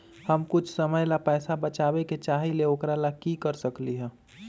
हम कुछ समय ला पैसा बचाबे के चाहईले ओकरा ला की कर सकली ह?